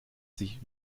sich